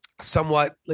somewhat